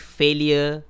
failure